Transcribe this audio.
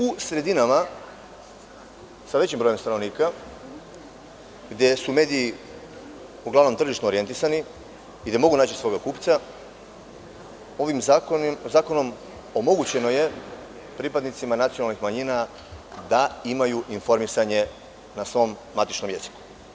U sredinama sa većim brojem stanovnika, gde su mediji uglavnom tržišno orijentisani i gde mogu naći svog kupca, ovim zakonom omogućeno je pripadnicima nacionalnih manjina da imaju informisanje na svom maternjem jeziku.